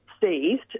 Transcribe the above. seized